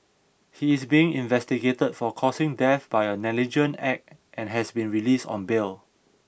he is being investigated for causing death by a negligent act and has been released on bail